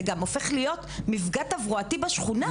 זה גם הופך להיות מפגע תברואתי בשכונה.